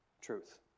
truth